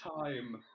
time